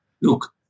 Look